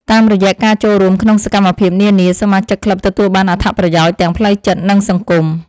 តាមរយៈការចូលរួមក្នុងសកម្មភាពនានា សមាជិកក្លឹបទទួលបានអត្ថប្រយោជន៍ទាំងផ្លូវចិត្ត និងសង្គម។